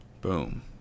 Boom